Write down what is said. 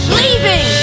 leaving